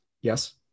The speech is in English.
Yes